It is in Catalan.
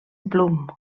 bloom